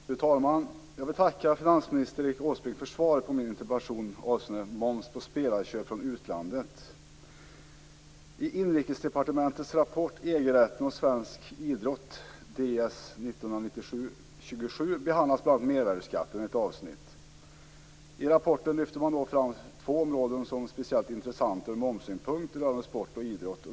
Fru talman! Jag vill tacka finansminister Erik Åsbrink för svaret på min interpellation avseende moms på köp av spelare från utlandet. I Inrikesdepartementets rapport EG-rätten och svensk idrott behandlas bl.a. mervärdesskatten i ett avsnitt. I rapporten lyfts två områden fram som speciellt intressanta från momssynpunkt rörande sport och idrott.